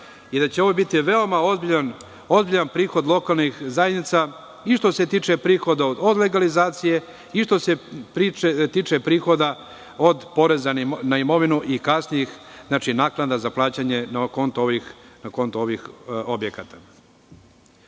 i da će ovo biti veoma ozbiljan prihod lokalnih zajednica, i što se tiče prihoda od legalizacije i što se tiče prihoda od poreza na imovinu i kasnijih naknada za plaćanje na konto ovih objekata.U